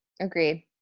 Agreed